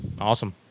Awesome